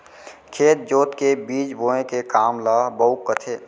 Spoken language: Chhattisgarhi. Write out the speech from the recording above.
खेत जोत के बीज बोए के काम ल बाउक कथें